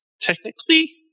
technically